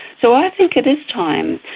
so i think it is time.